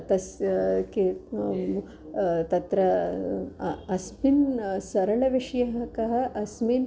तस्य किं तत्र अस्मिन् सरलः विषयः कः अस्मिन्